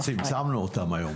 צמצמנו אותם היום.